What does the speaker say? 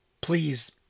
Please